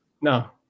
No